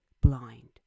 blind